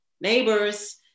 neighbors